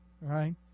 right